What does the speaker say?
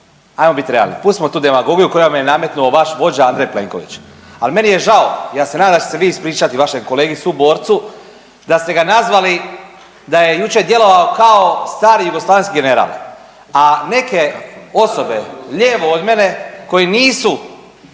Ajmo bit realni, pustimo tu demagogiju koju vam je nametnuo vaš vođa Andrej Plenković. Ali, meni je žao, ja se nadam da ćete se vi ispričati vašem kolegi suborcu, da ste ga nazvali da je jučer djelovao kao stari jugoslavenski general, a neke osobe lijevo od mene koje nisu